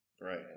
Right